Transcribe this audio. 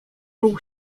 mógł